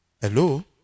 Hello